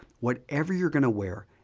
whatever youire going to wear,